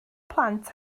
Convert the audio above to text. plant